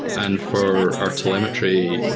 and for our telemetry,